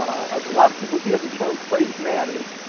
a lot of people hear the term place matters.